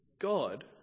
God